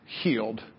healed